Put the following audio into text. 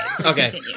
okay